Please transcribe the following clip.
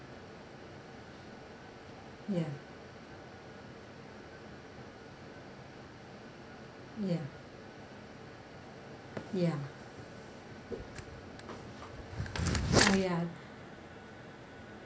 ya ya ya oh ya